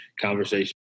conversation